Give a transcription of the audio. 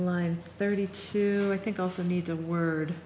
line thirty two i think also need the word